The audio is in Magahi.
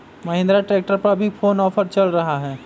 महिंद्रा ट्रैक्टर पर अभी कोन ऑफर चल रहा है?